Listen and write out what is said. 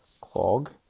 clog